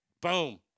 Boom